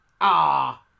Ah